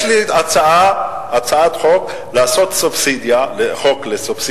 יש לי הצעת חוק לסובסידיה של המשכנתאות,